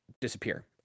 disappear